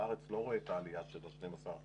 אני לא רואה בארץ את העלייה של ה-12%